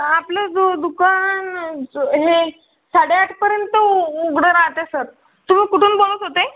आपलं दु दुकान हे साडे आठपर्यंत उ उघडं राहते सर तुम्ही कुठून बोलत होते